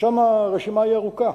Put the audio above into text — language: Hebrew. ושם הרשימה היא ארוכה,